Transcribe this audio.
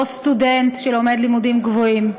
או בסטודנט שלומד לימודים גבוהים.